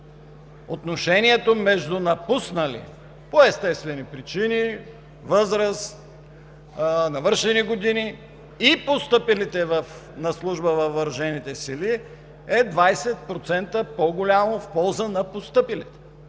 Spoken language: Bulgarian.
отношението между напуснали по естествени причини – възраст, навършени години, и постъпилите на служба във въоръжените сили е 20% по-голямо в полза на постъпилите.